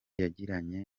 yagiranye